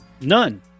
None